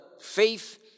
faith